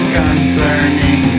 concerning